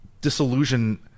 disillusion